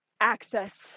access